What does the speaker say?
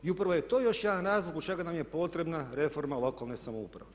I upravo je to još jedan razlog zbog čega nam je potrebna reforma lokalne samouprave.